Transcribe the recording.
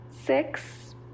six